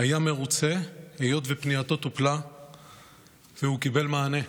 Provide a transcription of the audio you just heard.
היה מרוצה, היות שפנייתו טופלה והוא קיבל מענה.